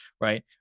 Right